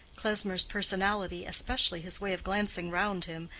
klesmer's personality, especially his way of glancing round him,